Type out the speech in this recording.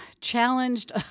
challenged